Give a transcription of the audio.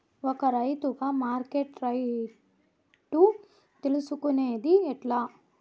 ఒక రైతుగా మార్కెట్ రేట్లు తెలుసుకొనేది ఎట్లా?